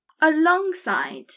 Alongside